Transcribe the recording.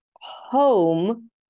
home